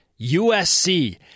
USC